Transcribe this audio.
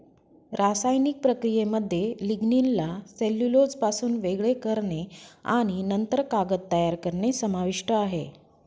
रासायनिक प्रक्रियेमध्ये लिग्निनला सेल्युलोजपासून वेगळे करणे आणि नंतर कागद तयार करणे समाविष्ट आहे